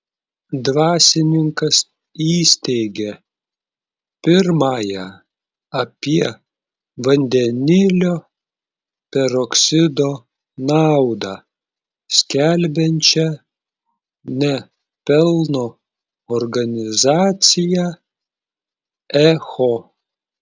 dvasininkas įsteigė pirmąją apie vandenilio peroksido naudą skelbiančią ne pelno organizaciją echo